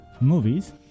movies